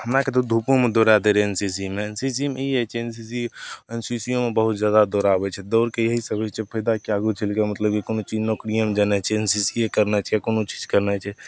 हमरा आओरके तऽ धूपोमे दौड़ा दै रहै एन सी सी मे एन सी सी मे ई होइ छै N C C N C C ओमे बहुत जादा दौड़ाबै छै दौड़के इएहसब होइ छै फायदा कि आगू चलिके मतलब कि कोनो चीज नौकरिएमे जेनाइ छै एन सी सी ए करनाइ छै कोनो चीज करनाइ छै